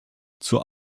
zur